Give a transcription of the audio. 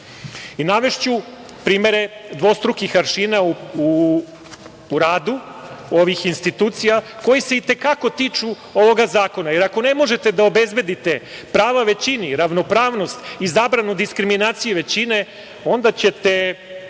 ugrožena? Navešću primere dvostrukih aršina u radu ovih institucija koji se i te kako tiču ovog zakona, jer ako ne možete da obezbedite prava većini, ravnopravnost i zabranu diskriminacije većine, onda ćete